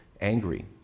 angry